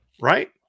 Right